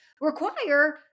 require